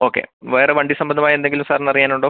okay വേറെ വണ്ടി സംബന്ധമായ എന്തെങ്കിലും സാറിന് അറിയാനുണ്ടോ